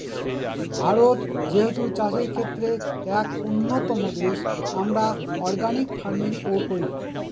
ভারত যেহেতু চাষের ক্ষেত্রে এক উন্নতম দেশ, আমরা অর্গানিক ফার্মিং ও করি